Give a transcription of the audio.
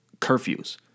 curfews